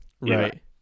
Right